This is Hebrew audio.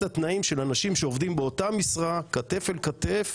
התנאים של אנשים שעובדים באותה משרה כתף אל כתף.